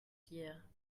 dire